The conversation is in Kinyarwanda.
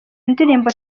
ndirimbo